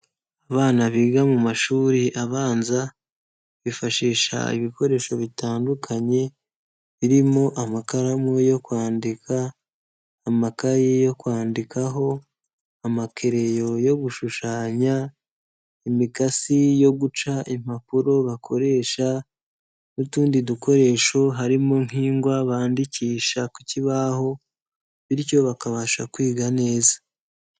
Abana biga mu mashuri abanza bifashisha ibikoresho bitandukanye birimo amakaramu yo kwandika, amakayi yo kwandikaho, amakereyo yo gushushanya, imikasi yo guca impapuro bakoresha n'utundi dukoresho harimo nk'ingwa bandikisha ku kibaho bityo bakabasha kwiga neza.